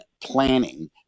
planning